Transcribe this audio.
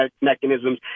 mechanisms